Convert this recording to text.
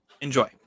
enjoy